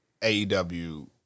AEW